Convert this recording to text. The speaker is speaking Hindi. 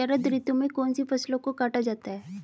शरद ऋतु में कौन सी फसलों को काटा जाता है?